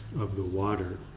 of the water.